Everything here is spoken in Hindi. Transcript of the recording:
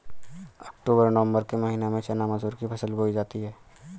अक्टूबर नवम्बर के महीना में चना मसूर की फसल बोई जाती है?